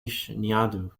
national